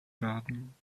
garten